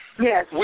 Yes